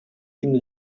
кимди